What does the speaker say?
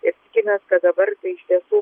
ir tikimės kad dabar tai iš tiesų